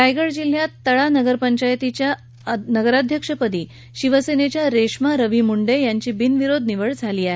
रायगड जिल्हयात तळा नगर पंचायतीच्या नगराध्यक्षपदी शिवसेनेच्या रेश्मा रवी मुंडे यांची बिनविरोध निवड झाली आहे